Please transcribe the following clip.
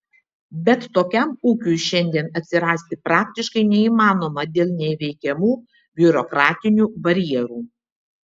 bet tokiam ūkiui šiandien atsirasti praktiškai neįmanoma dėl neįveikiamų biurokratinių barjerų